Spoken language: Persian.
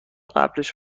قبلش